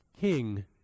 King